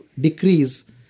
decrease